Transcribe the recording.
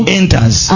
enters